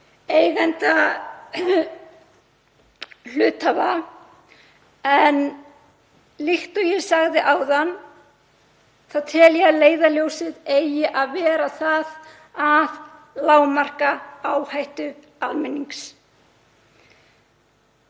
við hluthafa. En líkt og ég sagði áðan tel ég að leiðarljósið eigi að vera það að lágmarka áhættu almennings.